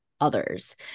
others